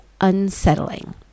unsettling